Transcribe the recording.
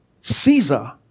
Caesar